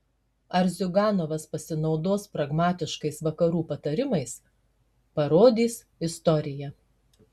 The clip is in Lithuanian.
ar ziuganovas pasinaudos pragmatiškais vakarų patarimais parodys istorija